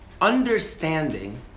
Understanding